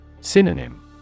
Synonym